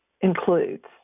includes